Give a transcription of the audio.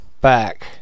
back